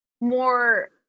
more